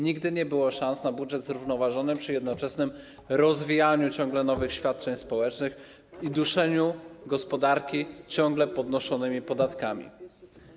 Nigdy nie było szans na zrównoważony budżet przy jednoczesnym rozwijaniu ciągle nowych świadczeń społecznych i duszeniu gospodarki ciągle podnoszonymi podatkami.